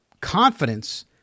confidence